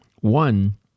One